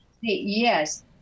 Yes